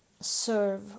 serve